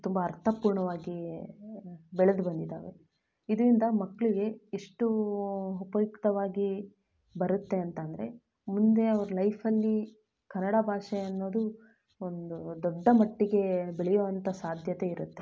ತುಂಬ ಅರ್ಥಪೂರ್ಣವಾಗಿ ಬೆಳೆದು ಬಂದಿದ್ದಾವೆ ಇದರಿಂದ ಮಕ್ಕಳಿಗೆ ಎಷ್ಟು ಉಪಯುಕ್ತವಾಗಿ ಬರುತ್ತೆ ಅಂತಂದ್ರೆ ಮುಂದೆ ಅವ್ರ ಲೈಫಲ್ಲಿ ಕನ್ನಡ ಭಾಷೆ ಅನ್ನೋದು ಒಂದು ದೊಡ್ಡ ಮಟ್ಟಿಗೆ ಬೆಳೆಯುವಂಥ ಸಾಧ್ಯತೆ ಇರುತ್ತೆ